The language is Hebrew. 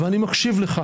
אבל אני מקשיב לך,